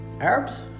Arabs